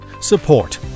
Support